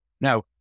Now